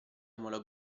ammalò